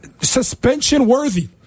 suspension-worthy